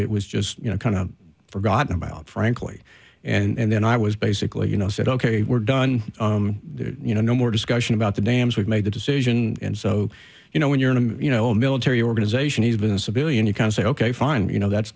it was just you know kind of forgotten about frankly and then i was basically you know said ok we're done you know no more discussion about the dams we've made the decision and so you know when you're in a you know a military organization he's been a civilian you can say ok fine you know that's